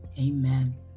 Amen